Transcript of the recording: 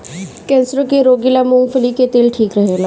कैंसरो के रोगी ला मूंगफली के तेल ठीक रहेला